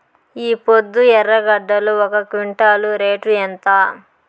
ఈపొద్దు ఎర్రగడ్డలు ఒక క్వింటాలు రేటు ఎంత?